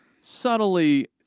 subtly